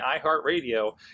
iHeartRadio